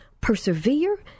persevere